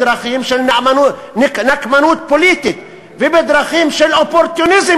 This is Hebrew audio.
בדרכים של נקמנות פוליטית ובדרכים של אופורטוניזם